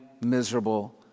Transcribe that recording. miserable